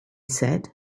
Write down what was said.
said